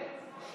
עד שלוש דקות.